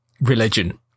religion